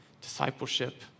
Discipleship